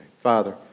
Father